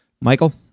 Michael